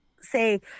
say